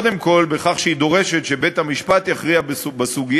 קודם כול בכך שהיא דורשת שבית-המשפט יכריע בסוגיה,